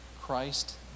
Christ